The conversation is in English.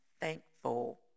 thankful